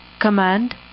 command